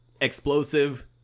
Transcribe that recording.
explosive